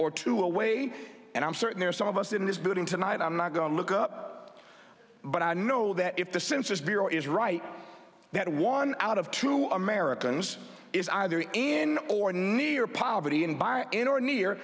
or two away and i'm certain there are some of us in this building tonight i'm not going to look up but i know that if the census bureau is right that one out of two americans is either in or near poverty and buying in or near